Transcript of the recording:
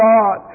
God